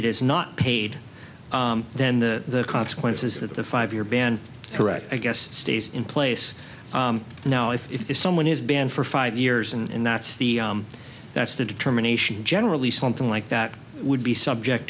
it is not paid then the consequences that the five year ban correct i guess stays in place now if someone is banned for five years and that's the that's the determination generally something like that would be subject